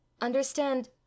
Understand